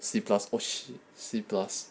C plus C plus